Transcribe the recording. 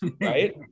right